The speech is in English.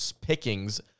pickings